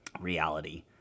reality